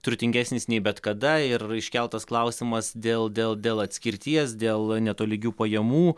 turtingesnis nei bet kada ir iškeltas klausimas dėl dėl dėl atskirties dėl netolygių pajamų